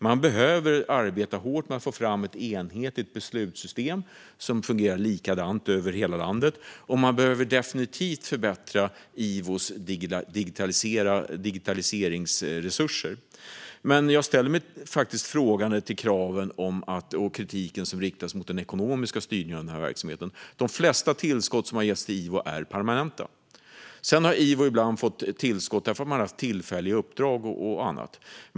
Man behöver arbeta hårt med att få fram ett enhetligt beslutssystem som fungerar likadant över hela landet, och man behöver definitivt förbättra IVO:s digitaliseringsresurser. Men jag ställer mig faktiskt frågande till kritiken mot den ekonomiska styrningen av verksamheten. De flesta tillskott som har getts till IVO är permanenta. Sedan har IVO ibland fått tillskott därför att man har haft tillfälliga uppdrag och annat.